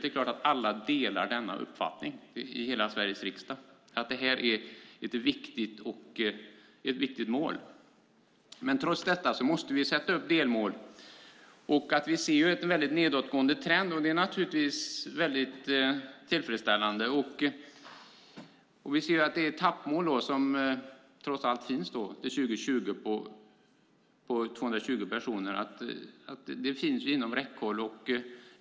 Det är klart att alla i hela Sveriges riksdag delar uppfattningen att det här är ett viktigt mål. Trots detta måste vi sätta upp delmål. Vi ser ju en starkt nedåtgående trend. Det är naturligtvis väldigt tillfredsställande. Vi ser att det etappmål som trots allt finns till 2020 på 220 personer finns inom räckhåll.